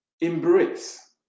embrace